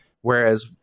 whereas